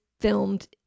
filmed